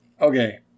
Okay